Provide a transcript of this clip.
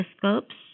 telescopes